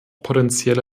potenzielle